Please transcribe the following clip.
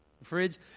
Fridge